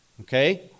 okay